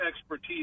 expertise